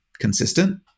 consistent